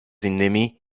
innymi